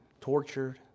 tortured